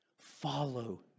Follow